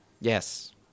Yes